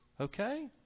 Okay